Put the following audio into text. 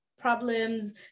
problems